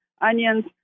onions